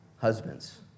Husbands